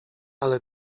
ale